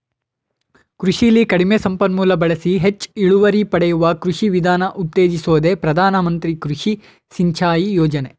ಕೃಷಿಲಿ ಕಡಿಮೆ ಸಂಪನ್ಮೂಲ ಬಳಸಿ ಹೆಚ್ ಇಳುವರಿ ಪಡೆಯುವ ಕೃಷಿ ವಿಧಾನ ಉತ್ತೇಜಿಸೋದೆ ಪ್ರಧಾನ ಮಂತ್ರಿ ಕೃಷಿ ಸಿಂಚಾಯಿ ಯೋಜನೆ